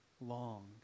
long